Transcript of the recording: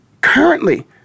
currently